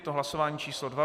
Je to hlasování číslo 2.